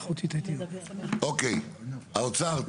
האוצר,